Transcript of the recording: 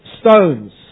stones